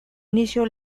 inicio